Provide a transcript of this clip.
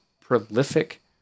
prolific